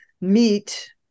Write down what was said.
meet